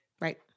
Right